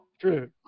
true